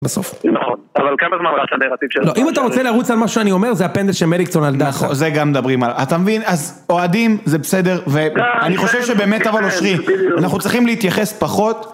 בסוף נכון אבל כמה זמן רץ הנרטיב שלנו לא, אם אתה רוצה לרוץ על מה שאני אומר זה הפנדל של מליקסון על דסה נכון, זה גם מדברים על אתה מבין, אז אוהדים, זה בסדר ואני חושב שבאמת אבל אושרי אנחנו צריכים להתייחס פחות